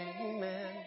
amen